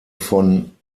von